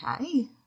okay